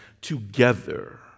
together